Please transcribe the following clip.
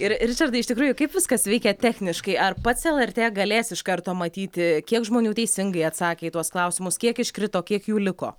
ir ričardai iš tikrųjų kaip viskas veikia techniškai ar pats lrt galės iš karto matyti kiek žmonių teisingai atsakė į tuos klausimus kiek iškrito kiek jų liko